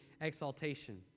exaltation